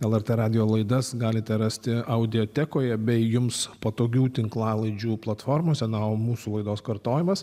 lrt radijo laidas galite rasti audiotekoje bei jums patogių tinklalaidžių platformose na o mūsų laidos kartojimas